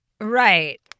Right